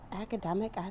academic